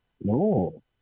No